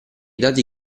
dati